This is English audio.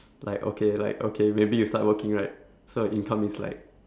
like okay like okay maybe you start working right so your income is like